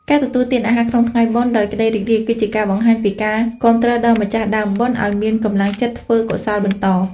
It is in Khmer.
ការទទួលទានអាហារក្នុងថ្ងៃបុណ្យដោយក្តីរីករាយ គឺជាការបង្ហាញពីការគាំទ្រដល់ម្ចាស់ដើមបុណ្យឱ្យមានកម្លាំងចិត្តធ្វើកុសលបន្ត។